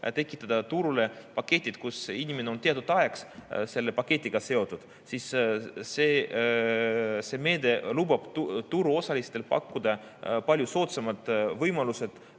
tekitada turule paketid, kus inimene on teatud ajaks selle paketiga seotud, lubab turuosalistel pakkuda palju soodsamaid võimalusi